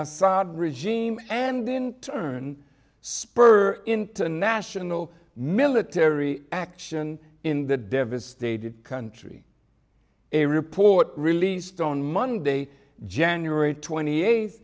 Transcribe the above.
assad regime and in turn spur international military action in the devastated country a report released on monday january twenty eight